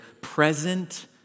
present